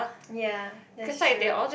ya that's true